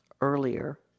earlier